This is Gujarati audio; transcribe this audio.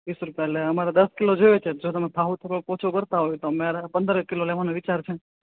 ત્રીસ રૂપિયા એટલે અમારે દસ કિલો જોઈએ છે જો તમે ભાવ થોડોક ઓછો કરતાં હોય તો અમે પંદરેક કિલો લેવાનો વિચાર છે